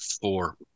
four